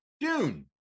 Dune